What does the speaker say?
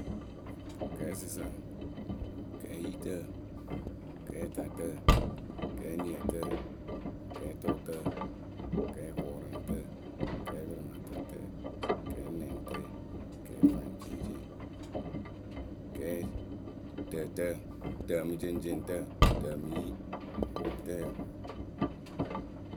Kɛɛsɨsɨŋyǝ, kɛɛyitǝyǝ, kɛɛtatǝyǝ, kɛɛniǝtǝyǝ. kɛɛtʊtǝyǝ kɛɛkʊʊraŋtǝ, kɛɛpǝrɩmatatǝyǝ, kɛɛnɛŋtǝyǝ kɛɛfaŋceŋceŋtǝyǝ kɛɛnɛŋtǝyǝ, kɛɛfaŋceŋceŋ, kɛɛ tǝtǝyǝ, tǝmǝceŋceŋtǝyǝ, tǝmɨyi tǝyǝ.